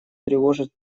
тревожит